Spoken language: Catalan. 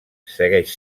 segueix